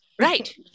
Right